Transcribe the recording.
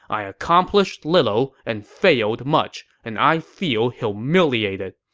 i accomplished little and failed much, and i feel humiliated.